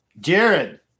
Jared